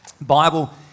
Bible